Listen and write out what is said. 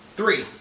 Three